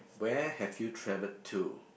where have you travelled to